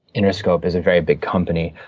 interscope is a very big company.